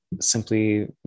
simply